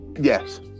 Yes